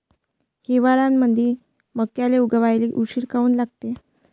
हिवाळ्यामंदी मक्याले उगवाले उशीर काऊन लागते?